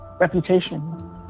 Reputation